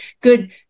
Good